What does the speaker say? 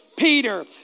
Peter